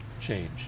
change